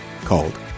called